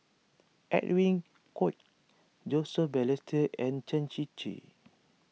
Edwin Koek Joseph Balestier and Chen Shiji